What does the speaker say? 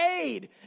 aid